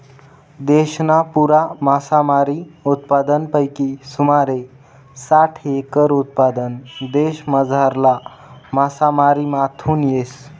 देशना पुरा मासामारी उत्पादनपैकी सुमारे साठ एकर उत्पादन देशमझारला मासामारीमाथून येस